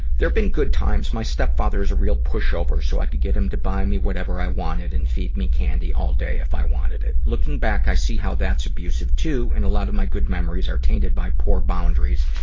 there've been good times. my step-father's a real pushover, so i could get him to buy me whatever i wanted and feed me candy all day, if i wanted it. looking back, i see how that's abusive, too, and a lot of my good memories are tainted by poor boundaries,